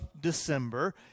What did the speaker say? December